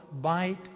bite